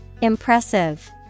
Impressive